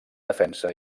defensa